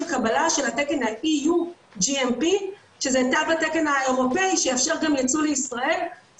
קבלה של תקן EU GMP שזה תו התקן האירופאי שיאפשר גם יצוא מישראל